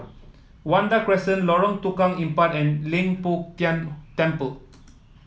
Vanda Crescent Lorong Tukang Empat and Leng Poh Tian Temple